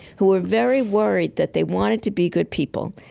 who were very worried that they wanted to be good people,